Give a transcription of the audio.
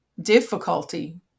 difficulty